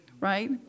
right